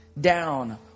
down